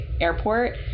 airport